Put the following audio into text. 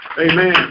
Amen